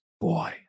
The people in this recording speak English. Boy